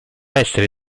essere